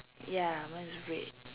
ya one is red